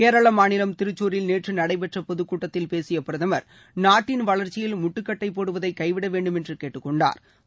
கேரள மாநிலம் திருக்சூரில் நேற்று நடைபெற்ற பொதுக்கூட்டத்தில் பேசிய பிரதமா் நாட்டின் வளர்ச்சியில் முட்டுக்கட்டை போடுவதை கைவிட வேண்டுமென்று கேட்டுக்கொண்டாா்